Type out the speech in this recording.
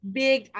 big